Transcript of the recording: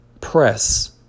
press